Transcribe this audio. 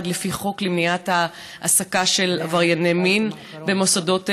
לפי חוק למניעת העסקה של עברייני מין במוסדות מסוימים,